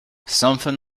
something